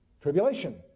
tribulation